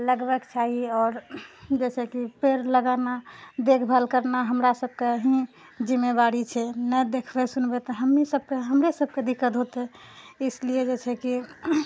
लगबैके चाही आओर जैसे कि पेड़ लगाना देखभाल करना हमरा सभके ही जिम्मेवारी छै नहि देखबै सुनबै तऽ हमरे सबकेँ दिक्कत होतै इसलिए जे छै कि